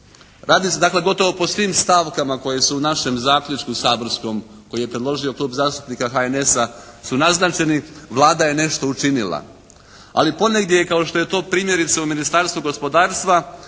Radi se dakle gotovo po svim stavkama koje su u našem zaključku saborskom koji je predložio Klub zastupnika HNS-a su naznačeni, Vlada je nešto učinila. Ali ponegdje je kao što je to primjerice u Ministarstvu gospodarstva